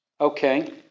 Okay